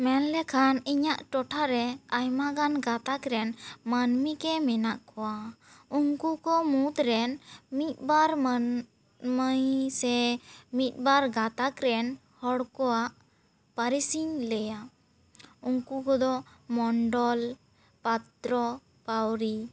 ᱢᱮᱱ ᱞᱮᱠᱷᱟᱱ ᱤᱧᱟᱹᱜ ᱴᱚᱴᱷᱟ ᱨᱮ ᱟᱭᱢᱟᱜᱟᱱ ᱜᱟᱛᱟᱠ ᱨᱮᱱ ᱢᱟᱹᱱᱢᱤ ᱜᱮ ᱢᱮᱱᱟᱜ ᱠᱚᱣᱟ ᱩᱱᱠᱩ ᱠᱚ ᱢᱩᱫᱽ ᱨᱮᱱ ᱢᱤᱫ ᱵᱟᱨ ᱢᱟᱹᱱᱢᱤ ᱥᱮ ᱢᱤᱫ ᱵᱟᱨ ᱜᱟᱛᱟᱠ ᱨᱮᱱ ᱦᱚᱲ ᱠᱚᱣᱟᱜ ᱯᱟᱹᱨᱤᱥᱤᱧ ᱞᱟᱹᱭᱟ ᱩᱱᱠᱩ ᱠᱚᱫᱚ ᱢᱚᱱᱰᱚᱞ ᱯᱟᱛᱨᱚ ᱯᱟᱣᱨᱤ